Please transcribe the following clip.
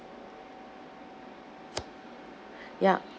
yup